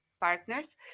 partners